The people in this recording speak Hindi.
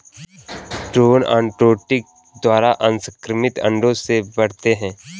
ड्रोन अर्नोटोकी द्वारा असंक्रमित अंडों से बढ़ते हैं